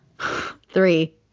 three